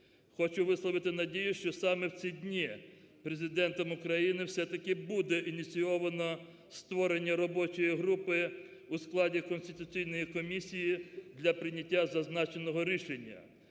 Хочу висловити надію, що саме в ці дні Президентом України все-таки буде ініційоване створення робочої групи у складі конституційної комісії для прийняття зазначеного рішення.